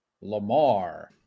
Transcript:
Lamar